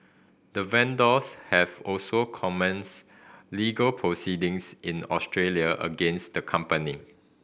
the vendors have also commenced legal proceedings in Australia against the company